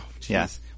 Yes